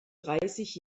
dreißig